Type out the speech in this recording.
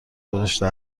گذاشته